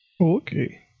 Okay